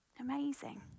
amazing